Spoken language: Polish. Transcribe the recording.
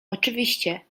oczywiście